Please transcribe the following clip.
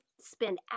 spend